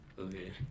Okay